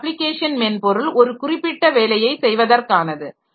இந்த அப்ளிகேஷன் மென்பொருள் ஒரு குறிப்பிட்ட வேலையை செய்வதற்கானது